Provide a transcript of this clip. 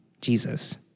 Jesus